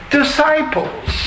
disciples